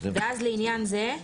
ואז: לעניין זה.